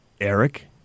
Eric